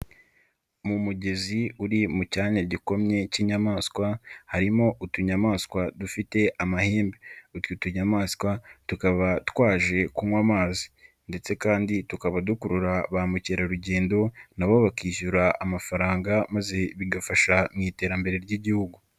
Mu mugezi uri mu cyanya gikomye k'inyamaswa harimo utunyamaswa dufite amahembe, utwo tunyamaswa tukaba twaje kunywa amazi ndetse kandi tukaba dukurura ba mukerarugendo na bo bakishyura amafaranga maze bigafasha mu iterambere ry'Igihugu.